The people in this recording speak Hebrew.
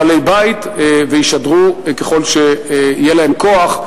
בעלי-בית וישדרו ככל שיהיה להם כוח,